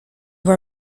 were